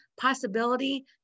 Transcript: possibility